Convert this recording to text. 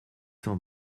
cent